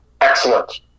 excellent